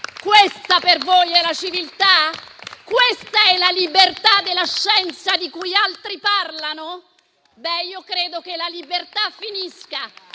Questa per voi è la civiltà? Questa è la libertà della scienza di cui altri parlano? Beh, io credo che la libertà finisca